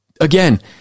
again